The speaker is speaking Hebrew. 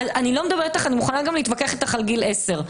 אני מוכנה גם להתווכח איתך על גיל 10,